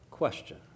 question